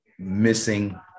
Missing